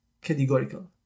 categorical